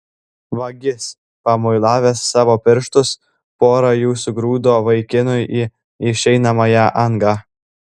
vagis pamuilavęs savo pirštus pora jų sugrūdo vaikinui į išeinamąją angą